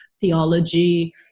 theology